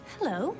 Hello